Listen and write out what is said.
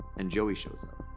and joey shows up.